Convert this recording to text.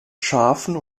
schafen